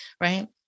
right